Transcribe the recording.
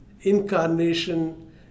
Incarnation